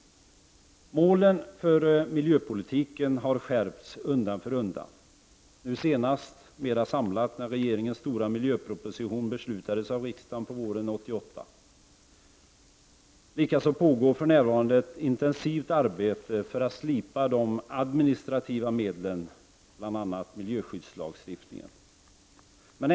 Målen för miljöpolitiken har undan för undan satts högre, nu senast mer samlat när regeringens stora miljöproposition antogs av riksdagen på våren 1988. Det pågår också för närvarande ett intensivt arbete för att modifiera de administrativa medlen, bl.a. miljöskyddslagstiftningen.